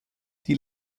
die